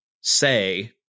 say